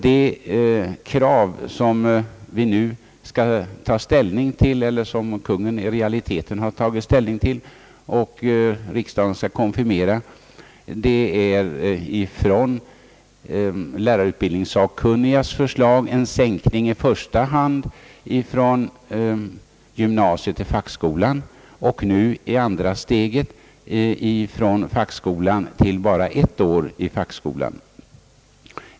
De krav som vi nu skall ta ställning till — som Kungl. Maj:t i realiteten har tagit ställning till och som riksdagen här skall konfirmera — är i jämförelse med lärarutbildningssakkunnigas förslag en sänkning i första hand från gymnasium till fackskola och nu i andra hand från fackskola till bara ett år i fackskola.